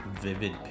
vivid